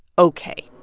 ok